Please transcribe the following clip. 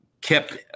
kept